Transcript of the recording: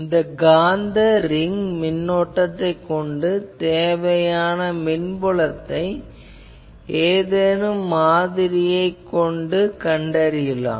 இந்த காந்த ரிங் மின்னோட்டத்தைக் கொண்டு தேவையான மின்புலத்தை ஏதேனும் மாதிரியைக் கொண்டு கண்டறியலாம்